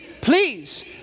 please